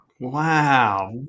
Wow